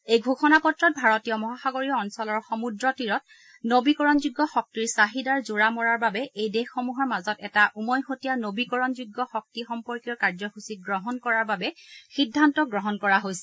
এই ঘোষণাপত্ৰত ভাৰতীয় মহাসাগৰীয় অঞ্চলৰ সমূদ্ৰ তীৰত নবীকৰণ যোগ্য শক্তিৰ চাহিদাৰ জোৰা মৰাৰ বাবে এই দেশসমূহৰ মাজত এটা উমৈহতীয়া নবীকৰণ যোগ্য শক্তি সম্পৰ্কীয় কাৰ্যসূচী গ্ৰহণ কৰাৰ বাবে সিদ্ধান্ত গ্ৰহণ কৰা হৈছে